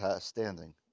standing